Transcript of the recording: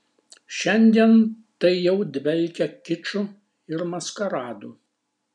šiandien tai jau dvelkia kiču ir maskaradu